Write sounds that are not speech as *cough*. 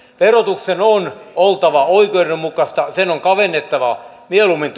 verotuksen on oltava oikeudenmukaista sen on mieluummin *unintelligible*